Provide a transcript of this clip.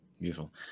Beautiful